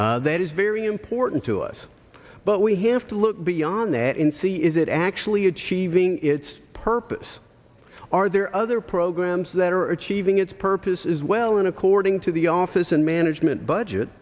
constituency that is very important to us but we have to look beyond that in see is it actually achieving its purpose are there other programs that are achieving its purpose is well and according to the office and management budget